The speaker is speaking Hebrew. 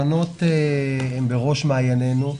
התקנות הן בראש מעיננו.